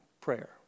prayer